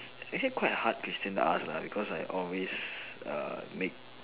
actually quite hard question to ask ah because I always err make